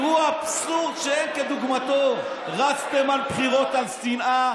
תראו אבסורד שאין כדוגמתו: רצתם בבחירות על שנאה,